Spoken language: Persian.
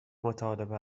مطالبه